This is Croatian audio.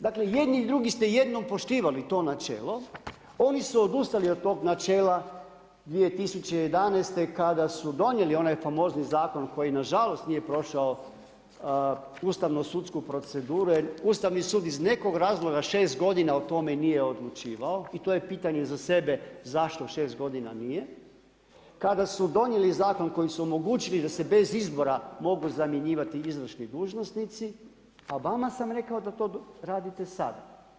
Dakle i jedni i drugi ste jednom poštivali to načelo, oni su odustali od tog načela 2011. kada su donijeli onaj famozni zakon koji nažalost nije prošao ustavnosudsku proceduru jer Ustavni sud iz nekog razloga šest godina o tome nije odlučivao i to je pitanje za sebe zašto šest godina nije, kada su donijeli zakon kojim su omogućili da se bez izbor mogu zamjenjivati izvršni dužnosnici, a vama sam rekao da to radite sad.